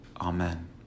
Amen